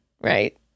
right